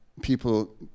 people